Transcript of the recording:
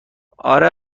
اره